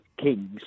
kings